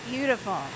Beautiful